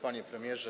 Panie Premierze!